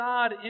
God